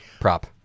prop